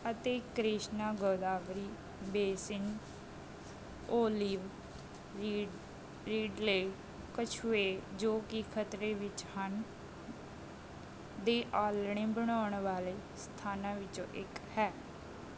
ਅਤੇ Krishna Godavari basin olive ਰਿ ridley ਕੱਛੂਏ ਜੋ ਕਿ ਖ਼ਤਰੇ ਵਿੱਚ ਹਨ ਦੇ ਆਲ੍ਹਣੇ ਬਣਾਉਣ ਵਾਲੇ ਸਥਾਨਾਂ ਵਿੱਚੋਂ ਇੱਕ ਹੈ